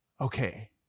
Okay